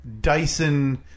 Dyson